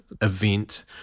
event